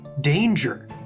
danger